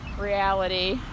reality